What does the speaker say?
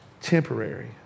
temporary